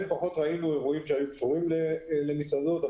אירועים כאלו.